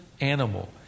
animal